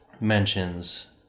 mentions